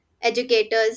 educators